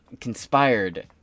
conspired